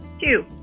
Two